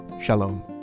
Shalom